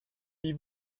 wie